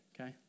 okay